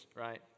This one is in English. right